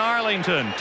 Arlington